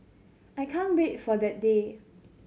I can't wait for that day